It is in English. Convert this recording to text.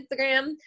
Instagram